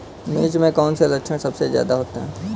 मिर्च में कौन से लक्षण सबसे ज्यादा होते हैं?